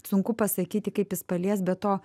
sunku pasakyti kaip jis palies be to